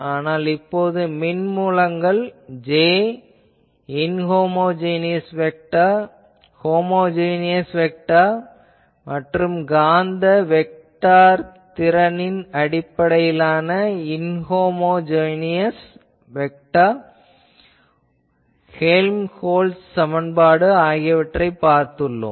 ஆனால் இப்போது மின்மூலங்கள் J inhomogeneous vector homogeneous vector மற்றும் காந்த வெக்டார் திறனின் அடிப்படையிலான இன்ஹோமொஜீனியஸ் வெக்டார் ஹேல்ம்கோல்ட்ஸ் சமன்பாடு ஆகியவற்றைப் பார்த்துள்ளோம்